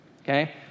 Okay